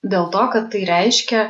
dėl to kad tai reiškia